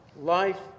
life